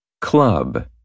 club